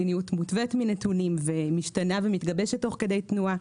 מדיניות מותוות מנתונים ומשתנה ומתגבשת תוך כדי תנועה.